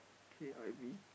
K_I_V